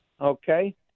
okay